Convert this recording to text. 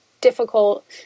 difficult